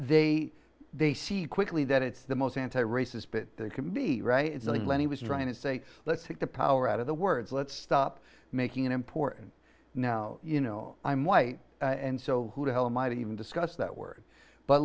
they they see quickly that it's the most anti racist but they can be right it's like when he was trying to say let's take the power out of the words let's stop making important now you know i'm white and so who the hell might even discuss that word but